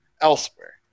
elsewhere